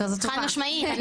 חד משמעית,